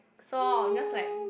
so I was just like